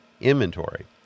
inventory